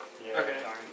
Okay